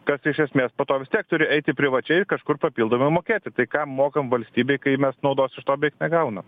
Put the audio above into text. kad iš esmės po to vis tiek turi eiti privačiai kažkur papildomai mokėti tai ką mokam valstybei kai mes naudos iš to beveik negaunam